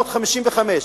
1955